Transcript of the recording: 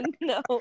no